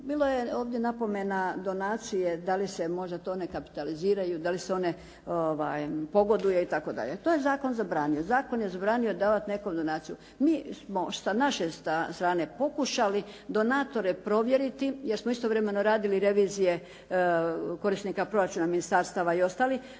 Bilo je ovdje napomena donacije da li možda to ne kapitaliziraju, da li se one pogoduje, itd. To je zakon zabranio. Zakon je zabranio davati nekom donaciju. Mi smo sa naše strane pokušali donatore provjeriti, jer smo istovremeno radili revizije korisnika proračuna ministarstava i ostalih,